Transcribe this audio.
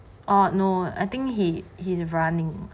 oh no I think he he's running